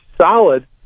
solid